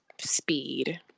speed